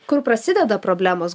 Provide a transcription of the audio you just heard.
kur prasideda problemos